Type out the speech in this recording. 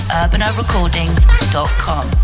urbanorecordings.com